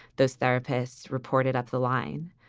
those therapists reported up the line.